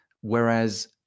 whereas